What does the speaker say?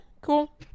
Cool